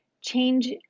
change